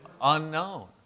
unknown